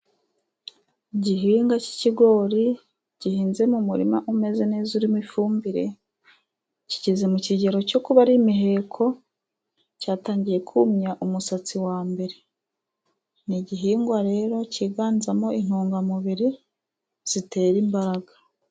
Igihingwa cy'ikigori gihinze mu murima umeze neza, urimo ifumbire, kigeze mu kigero cyo kuba ari imiheko, cyatangiye kumya umusatsi wa mbere. Ni igihingwa rero kiganzamo intungamubiri zitera imbaraga.